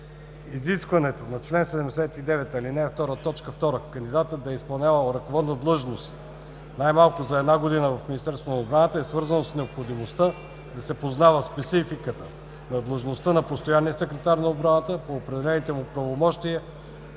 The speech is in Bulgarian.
Изискването на чл. 79, ал. 2, т. 2 кандидатът да е изпълнявал ръководна длъжност най-малко за една година и в Министерството на отбраната е свързано с необходимостта да се познава спецификата на длъжността на постоянния секретар на отбраната по определените му правомощия